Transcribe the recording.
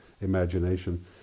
imagination